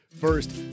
First